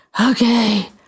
Okay